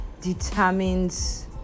determines